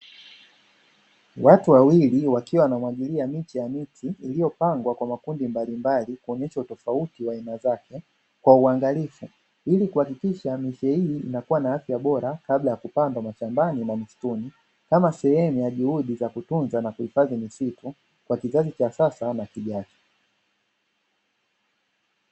Watu wawili wakiwa wanamwagilia miche ya miti iliyopangwa kwa makundi mbalimbali kuonyesha utofauti wa aina zake kwa uangalifu ili kuhakikisha miche hii inakua na afya bora, kabla ya kupandwa mashambani na msituni kama sehemu ya juhudi za kutunza na kuhifadhi misitu kwa kizazi cha sasa na kijacho.